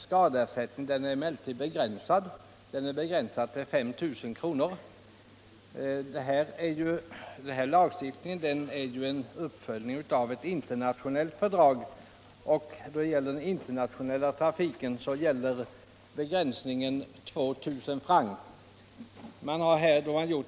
Skadeersättningen är emellertid begränsad till 5 000 kr. Denna lagstiftning är en uppföljning av ett internationellt fördrag. För den internationella trafiken gäller begränsningen 2000 s.k. Germinalfrancs.